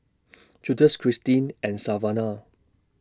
Justus Kristin and Savana